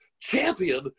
champion